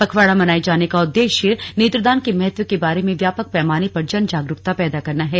पखवाड़ा मनाये जाने का उद्देश्य नेत्रदान के महत्व के बारे में व्यापक पैमाने पर जन जागरूकता पैदा करना है